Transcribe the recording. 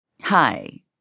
Hi